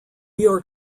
york